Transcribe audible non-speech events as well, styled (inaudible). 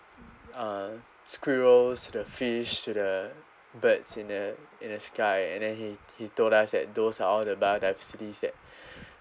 uh squirrels to the fish to the birds in the in the sky and he he told us that those are all the biodiversities that (breath)